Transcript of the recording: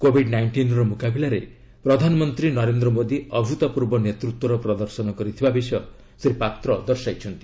Covid ନାଇଷ୍ଟିନ୍ର ମୁକାବିଲାରେ ପ୍ରଧାନମନ୍ତ୍ରୀ ନରେନ୍ଦ୍ର ମୋଦୀ ଅଭ୍ରୁତପୂର୍ବ ନେତୃତ୍ୱର ପ୍ରଦର୍ଶନ କରିଥିବା ବିଷୟ ଶ୍ରୀ ପାତ୍ର ଦର୍ଶାଇଛନ୍ତି